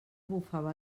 bufava